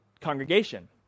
congregation